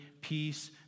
peace